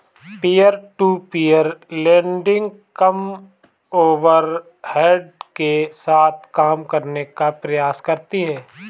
peer to peer lending कम overhead के साथ काम करने का प्रयास करती हैं